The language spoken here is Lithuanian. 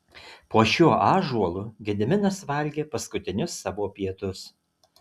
po šiuo ąžuolu gediminas valgė paskutinius savo pietus